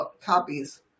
copies